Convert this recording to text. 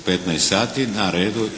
15 sati.